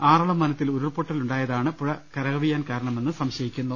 ആറളം വനത്തിൽ ഉരുൾ പൊട്ടലുണ്ടായതാണ് പുഴ കരകവിയാൻ കാരണമെന്ന് സംശയിക്കുന്നു